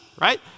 right